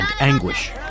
anguish